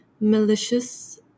malicious